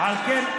לא נכון.